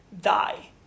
die